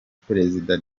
perezida